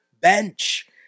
bench